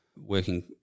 working